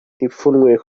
ipfunwe